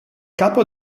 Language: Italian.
capo